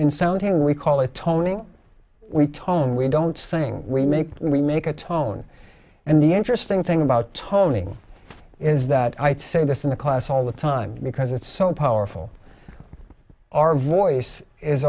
sounding we call it toning we tone we don't saying we make and we make a tone and the interesting thing about toning is that i say this in the class all the time because it's so powerful our voice is